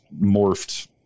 morphed